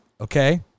Okay